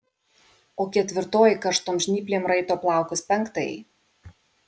o ketvirtoji karštom žnyplėm raito plaukus penktajai